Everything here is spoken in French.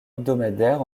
hebdomadaires